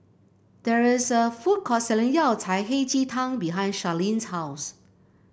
there is a food court selling Yao Cai Hei Ji Tang behind Charleen's house